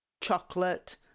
Chocolate